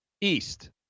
East